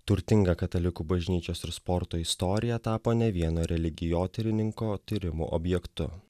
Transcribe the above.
turtinga katalikų bažnyčios ir sporto istorija tapo ne vieno religijotyrininko tyrimo objektu